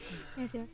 ya sia